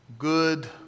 good